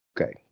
Okay